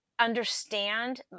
understand